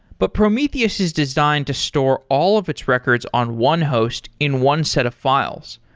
but prometheus is designed to store all of its records on one host in one set of files,